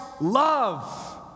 love